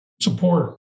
support